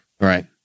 Right